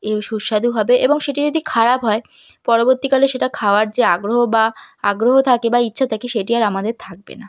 এ সুস্বাদু হবে এবং সেটি যদি খারাপ হয় পরবর্তীকালে সেটা খাওয়ার যে আগ্রহ বা আগ্রহ থাকে বা ইচ্ছা থাকে সেটি আর আমাদের থাকবে না